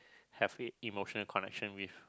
have e~ emotional connection with